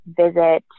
visit